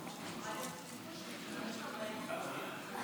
סעיף 4, כהצעת הוועדה, נתקבל.